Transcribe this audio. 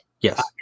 Yes